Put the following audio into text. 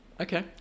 Okay